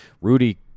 Rudy